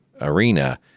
arena